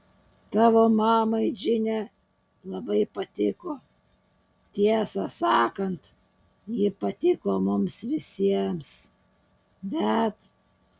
tavo mamai džine labai patiko tiesą sakant ji patiko mums visiems bet